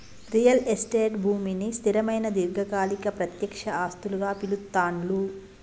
real estate భూమిని స్థిరమైన దీర్ఘకాలిక ప్రత్యక్ష ఆస్తులుగా పిలుత్తాండ్లు